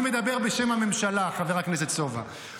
אני מדבר בשם הממשלה, חבר הכנסת סובה.